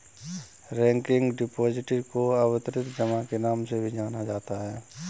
recurring deposit को आवर्ती जमा के नाम से भी जाना जाता है